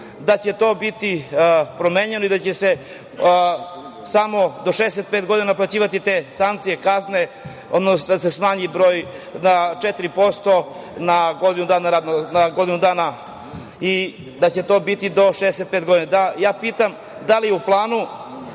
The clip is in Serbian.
da će to biti promenjeno i da će se samo do 65 godina naplaćivati te sankcije, kazne, odnosno da se smanji broj na 4% na godinu dana i da će to biti do 65 godina. Pitam, da li je u planu